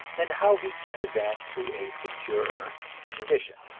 and how he can advance to a securer condition.